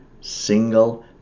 single